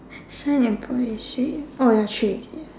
sign and Paul is three oh ya three